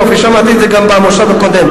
זה בתוכנית, יופי, שמעתי את זה גם במושב הקודם.